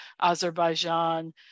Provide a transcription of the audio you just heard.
Azerbaijan